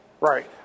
Right